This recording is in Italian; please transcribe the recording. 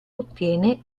ottiene